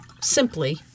simply